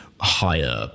higher